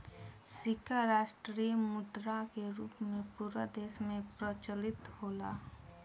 सिक्का राष्ट्रीय मुद्रा के रूप में पूरा देश में प्रचलित होला